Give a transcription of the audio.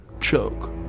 choke